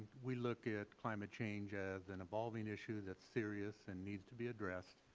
we look at climate change as an evolving issue that's serious and needs to be addressed.